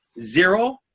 Zero